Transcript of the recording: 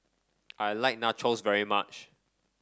I like Nachos very much